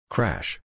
Crash